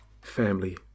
Family